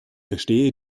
verstehe